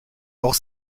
auch